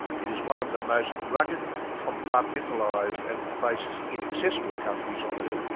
it is one of the most rugged, compartmentalised and in places inaccessible countries on earth